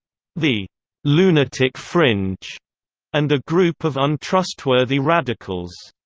the lunatic fringe and a group of untrustworthy radicals.